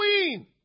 queen